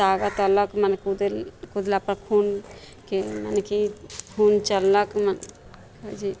ताकत अएलक मने कूदै कुदलापर खूनके मने कि खून चललक जे